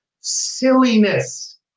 silliness